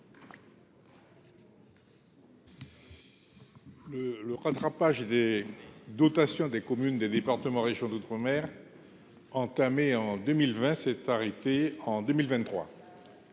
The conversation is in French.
Le rattrapage des dotations des communes des départements et régions d’outre mer (Drom) entamé en 2020 s’est achevé en 2023.